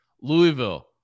Louisville